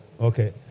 Okay